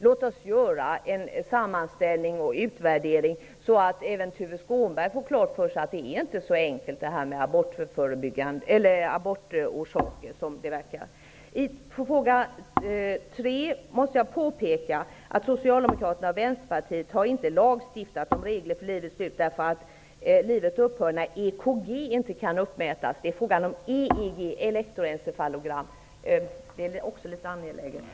Låt oss göra en sammanställning och utvärdering, så att även Tuve Skånberg får klart för sig att detta med orsaker för aborter inte är så enkelt som det verkar. På fråga tre måste jag påpeka att Socialdemokraterna och Vänsterpartiet inte har lagstiftat om regler för livets slut därför att livet upphör när EKG inte kan uppmätas. Det är fråga om EEG, elektroencefalogram. Det är angeläget att påpeka.